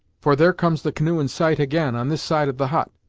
for there comes the canoe in sight, again, on this side of the hut.